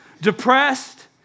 Depressed